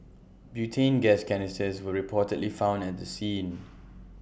butane gas canisters were reportedly found at the scene